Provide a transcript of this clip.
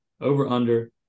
over-under